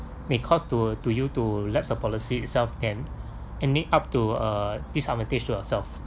may cause to to you to lapse a policy itself then and and lead up to a disadvantage to yourself